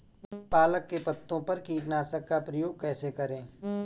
पालक के पत्तों पर कीटनाशक का प्रयोग कैसे करें?